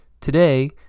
Today